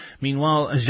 Meanwhile